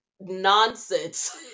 nonsense